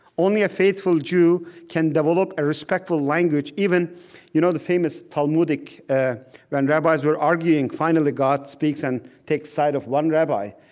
only a faithful jew can develop a respectful language, even you know the famous talmudic ah when rabbis were arguing, finally god speaks and takes the side of one rabbi.